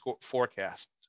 forecast